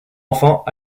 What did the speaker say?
enfants